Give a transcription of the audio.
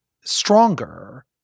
stronger